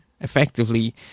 Effectively